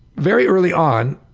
very early on,